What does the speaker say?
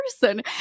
person